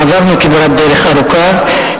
עברנו כברת דרך ארוכה,